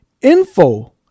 info